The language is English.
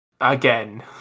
again